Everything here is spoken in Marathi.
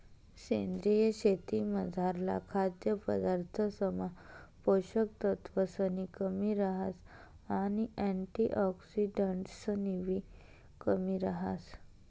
सेंद्रीय शेतीमझारला खाद्यपदार्थसमा पोषक तत्वसनी कमी रहास आणि अँटिऑक्सिडंट्सनीबी कमी रहास